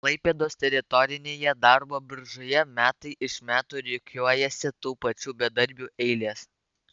klaipėdos teritorinėje darbo biržoje metai iš metų rikiuojasi tų pačių bedarbių eilės